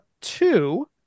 two